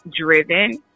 driven